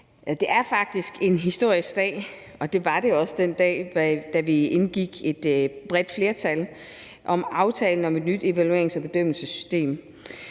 Det er faktisk en historisk dag, og det var det også den dag, da vi med et bredt flertal indgik aftalen om et nyt evaluerings- og bedømmelsessystem.